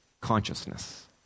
consciousness